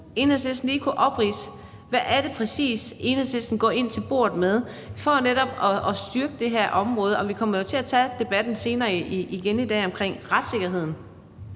Enhedslisten lige opridse, hvad det præcis er, Enhedslisten går ind til bordet med for netop at styrke det her område? Vi kommer jo til at tage debatten igen senere i dag omkring retssikkerheden.